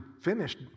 finished